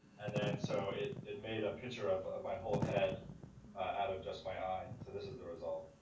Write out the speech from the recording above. and then so it, it made a picture of, of my whole head out of just my eye. so this is the result.